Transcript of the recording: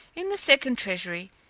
in the second treasury,